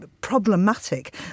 problematic